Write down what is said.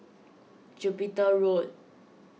Jupiter Road